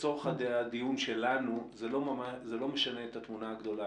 לצורך הדיון שלנו זה לא משנה את התמונה הגדולה.